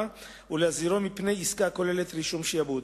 ולהזהירו מפני עסקה הכוללת רישום שעבוד.